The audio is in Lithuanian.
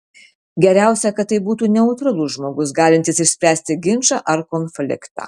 geriausia kad tai būtų neutralus žmogus galintis išspręsti ginčą ar konfliktą